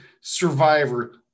survivor